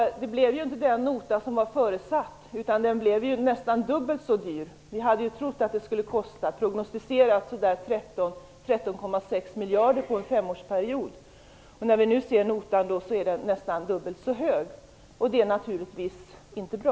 Det blev inte den nota som var förutsatt. Den blev nästan dubbelt så dyr. Vi hade trott att det skulle kosta så där 13,6 miljarder på en femårsperiod. Nu är notan nästan dubbelt så hög. Det är naturligtvis inte bra.